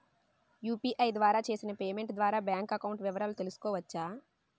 UPI ద్వారా చేసిన payment ద్వారా బ్యాంక్ అకౌంట్ వివరాలు తెలుసుకోవచ్చ?